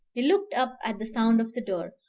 he looked up at the sound of the door,